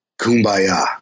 kumbaya